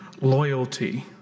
loyalty